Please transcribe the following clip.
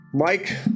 Mike